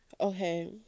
Okay